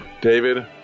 David